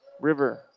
River